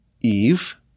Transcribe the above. Eve